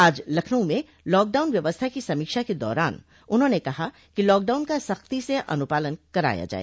आज लखनऊ में लॉकडाउन व्यवस्था की समीक्षा के दौरान उन्होंने कहा कि लॉकडाउन का सख्ती से अनुपालन कराया जाए